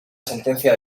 sentencia